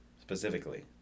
specifically